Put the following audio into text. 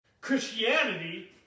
Christianity